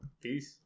peace